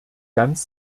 ganz